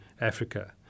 Africa